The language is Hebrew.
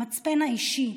המצפן האישי,